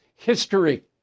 history